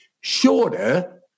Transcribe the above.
shorter